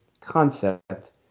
concept